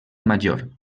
major